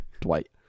dwight